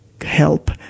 help